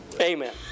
amen